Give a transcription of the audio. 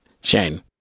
Shane